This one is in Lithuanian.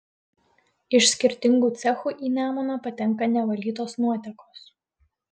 iš skirtingų cechų į nemuną patenka nevalytos nuotekos